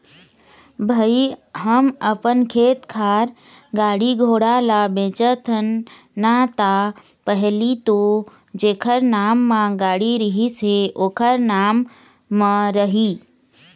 भई हम अपन खेत खार, गाड़ी घोड़ा ल बेचथन ना ता पहिली तो जेखर नांव म गाड़ी रहिस हे ओखरे नाम म रही